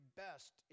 best